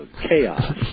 chaos